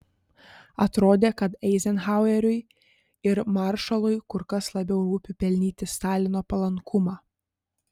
atrodė kad eizenhaueriui ir maršalui kur kas labiau rūpi pelnyti stalino palankumą